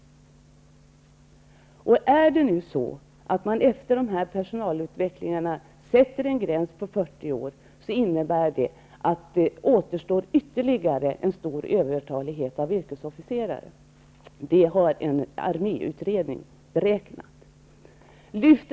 Om man nu efter personalutvecklingarna fastställer gränsen till 40 år, innebär det att det kommer att återstå ytterligare en stor övertalighet av yrkesofficerare. Det är en arméutredning som har beräknat detta.